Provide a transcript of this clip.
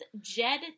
Jed